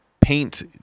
paint